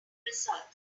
results